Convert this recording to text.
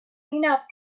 enough